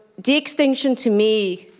de-extinction, to me,